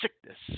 sickness